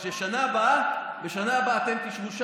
נו, ומה תרוויח